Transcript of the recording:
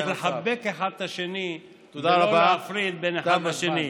צריך לחבק אחד את השני ולא להפריד אחד מהשני.